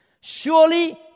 Surely